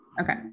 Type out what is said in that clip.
Okay